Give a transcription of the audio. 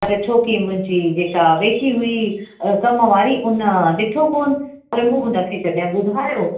पर छो की मुंहिंजी जेका वेठी हुई कम वारी त हुन ॾिठो कोन पर मूं हुनखे जॾहिं ॿुधायो